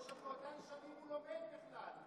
או שבאותן שנים הוא לומד בכלל?